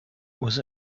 was